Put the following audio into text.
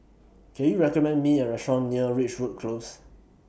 Can YOU recommend Me A Restaurant near Ridgewood Close